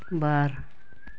ᱵᱟᱨ